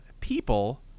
people